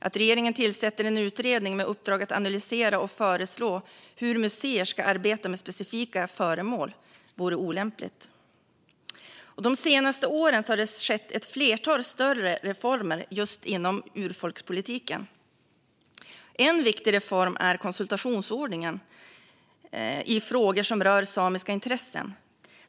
Att regeringen tillsätter en utredning med uppdrag att analysera och föreslå hur museer ska arbeta med specifika föremål vore olämpligt. De senaste åren har det skett ett flertal större reformer just inom urfolkspolitiken. En viktig reform är konsultationsordningen i frågor som rör samiska intressen.